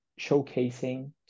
showcasing